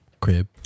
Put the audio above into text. Crib